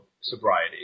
sobriety